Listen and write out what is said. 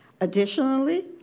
Additionally